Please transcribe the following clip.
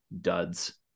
duds